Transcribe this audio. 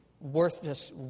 worthless